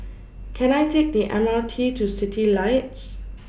Can I Take The M R T to Citylights